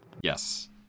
Yes